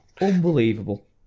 Unbelievable